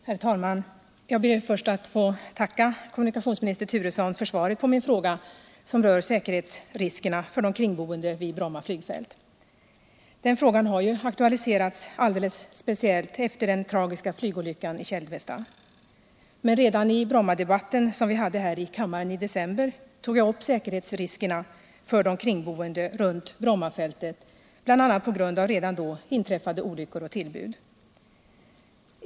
Herr talman! Jag ber först att få tacka kommunikationsminister Turesson för svaret på min fråga, som rör säkerhetsriskerna för de kringboende vid Bromma flygfält. Den frågan har ju aktualiserats alldeles speciellt efter den tragiska flygolyckan i Kälvesta. Men redan i den Brommadebatt som vi hade här i kammaren i december tog jag upp säkerhetsriskerna för de kringboende vid Brommafältet, bl.a. på grund av redan då inträffade olyckor och tillbud.